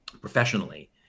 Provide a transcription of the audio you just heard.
professionally